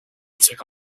took